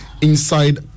inside